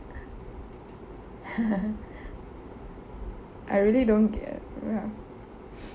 I really don't care ya